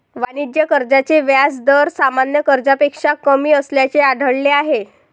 वाणिज्य कर्जाचे व्याज दर सामान्य कर्जापेक्षा कमी असल्याचे आढळले आहे